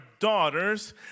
daughters